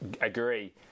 Agree